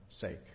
sake